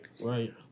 Right